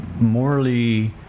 morally